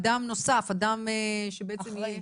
אדם נוסף שבעצם יהיה אחראי,